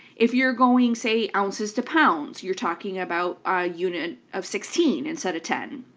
if you're going say ounces to pounds you're talking about a unit of sixteen, instead of ten.